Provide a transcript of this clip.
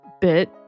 bit